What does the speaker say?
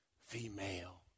female